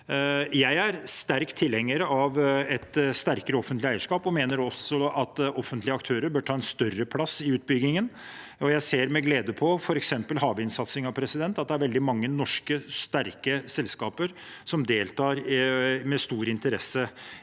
Jeg er sterk tilhenger av et sterkere offentlig eierskap og mener også at offentlige aktører bør ta en større plass i utbyggingen. Jeg ser med glede på f.eks. havvindsatsingen – at det er veldig mange norske, sterke selskaper som deltar med stor interesse